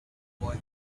boy